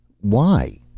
Why